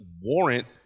warrant